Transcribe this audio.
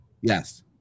Yes